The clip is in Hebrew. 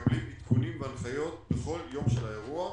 מקבלים עדכונים והנחיות בכל יום של האירוע.